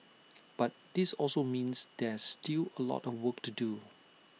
but this also means there's still A lot of work to do